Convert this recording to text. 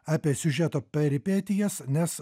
apie siužeto peripetijas nes